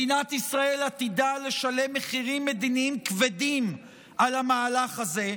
מדינת ישראל עתידה לשלם מחירים מדיניים כבדים על המהלך הזה,